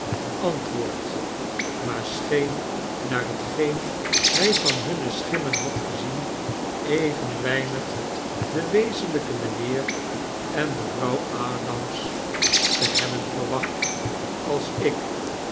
antwoord maar scheen naar hetgeen hij van hunne schimmen had gezien even weinig den wezenlijken mynheer en juffrouw adams te hebben verwacht als ik